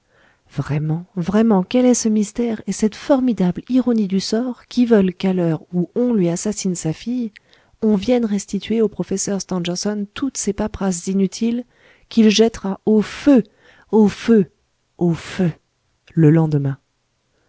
vraiment vraiment quel est ce mystère et cette formidable ironie du sort qui veulent qu'à l'heure où on lui assassine sa fille on vienne restituer au professeur stangerson toutes ces paperasses inutiles qu'il jettera au feu au feu au feu le lendemain